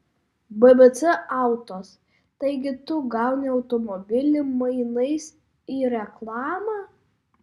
bbc autos taigi tu gauni automobilį mainais į reklamą